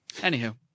Anywho